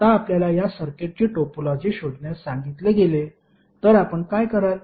आता आपल्याला या सर्किटची टोपोलॉजी शोधण्यास सांगितले गेले तर आपण काय कराल